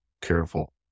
careful